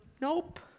Nope